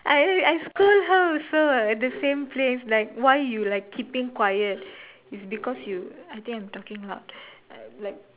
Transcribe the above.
I I scold her also what at the same place like why you like keeping quiet it's because you I think I'm talking loud uh like